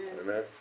Amen